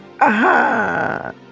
Aha